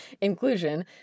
inclusion